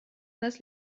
нас